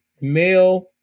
male